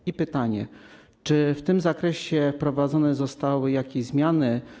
I pytanie: Czy w tym zakresie wprowadzone zostały jakieś zmiany?